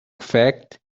fact